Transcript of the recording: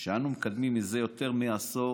שאנו מקדמים זה יותר מעשור